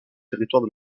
territoire